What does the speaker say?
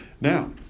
Now